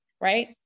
right